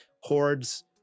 Hordes